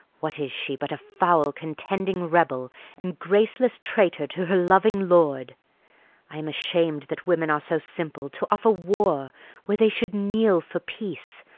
what is she but a foul contending rebel and graceless traitor to her loving lord i am asham'd that women are so simple to offer war where they should kneel for peace,